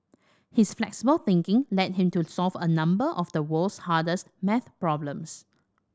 his flexible thinking led him to solve a number of the world's hardest maths problems